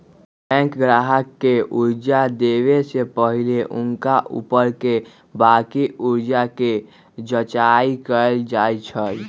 bank गाहक के कर्जा देबऐ से पहिले हुनका ऊपरके बाकी कर्जा के जचाइं कएल जाइ छइ